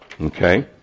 Okay